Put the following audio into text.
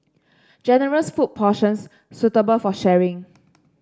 generous food portions suitable for sharing